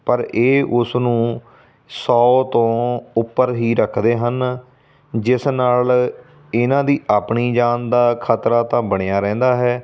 ਪਰ ਇਹ ਉਸ ਨੂੰ ਸੌ ਤੋਂ ਉੱਪਰ ਹੀ ਰੱਖਦੇ ਹਨ ਜਿਸ ਨਾਲ ਇਹਨਾਂ ਦੀ ਆਪਣੀ ਜਾਨ ਦਾ ਖਤਰਾ ਤਾਂ ਬਣਿਆ ਰਹਿੰਦਾ ਹੈ